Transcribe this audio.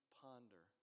ponder